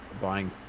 buying